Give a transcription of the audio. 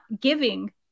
giving